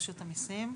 רשות המיסים.